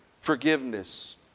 forgiveness